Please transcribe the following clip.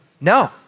No